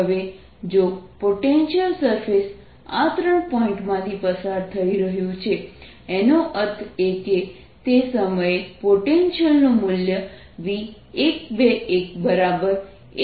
હવે જો potential surface આ 3 પોઇન્ટ માંથી પસાર થઈ રહ્યુ છે એનો અર્થ એ કે તે સમયે પોટેન્શિયલ નું મૂલ્યV1211 2 12 13 છે